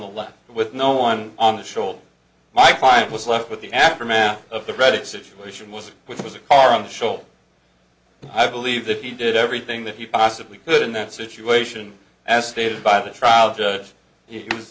the left with no one on the shoulder my client was left with the aftermath of the dreaded situation with which was a car on the show i believe that he did everything that he possibly could in that situation as stated by the trial judge he was